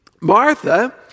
Martha